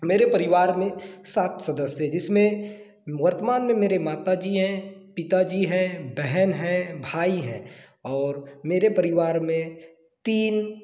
मेरे परिवार में सात सदस्य हैं जिसमें वर्तमान में मेरे माता जी हैं पिता जी हैं बहन है भाई है और मेरे परिवार में तीन